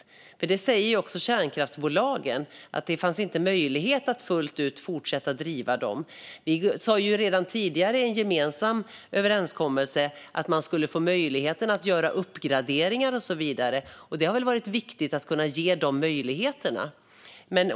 Kärnkraftsbolagen säger också att det inte fanns möjlighet att fortsätta driva kärnkraftverken fullt ut. Vi sa redan tidigare, i en gemensam överenskommelse, att man skulle få möjlighet att göra uppgraderingar och så vidare. Och det har väl varit viktigt att ge de möjligheterna.